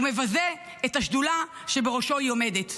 ומבזה את השדולה שבראשה היא עומדת.